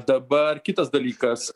dabar kitas dalykas